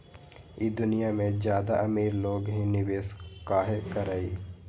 ई दुनिया में ज्यादा अमीर लोग ही निवेस काहे करई?